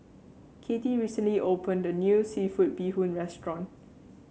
Kathie recently opened a new seafood Bee Hoon restaurant